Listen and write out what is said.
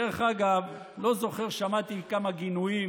דרך אגב, לא זוכר ששמעתי כמה גינויים,